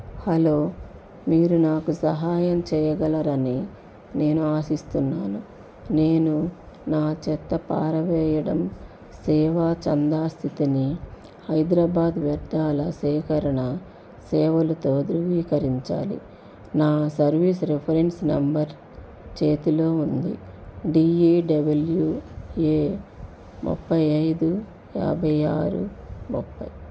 hello మీరు నాకు సహాయం చేయగలరని నేను ఆశిస్తున్నాను నేను నా చెత్త పారవేయడం సేవ చందా స్థితిని హైదరాబాద్ వ్యర్థాల సేకరణ సేవలతో ధృవీకరించాలి నా సర్వీస్ రిఫరెన్స్ నెంబర్ చేతిలో ఉంది డీ ఏ డబ్ల్యూ ఏ ముప్పై ఐదు యాభై ఆరు ముప్పై